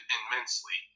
immensely